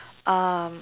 um